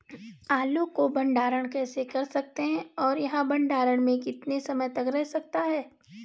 आलू को भंडारण कैसे कर सकते हैं और यह भंडारण में कितने समय तक रह सकता है?